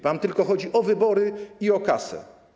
Wam tylko chodzi o wybory i o kasę.